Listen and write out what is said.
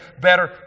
better